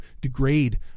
degrade